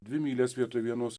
dvi mylias vietoj vienos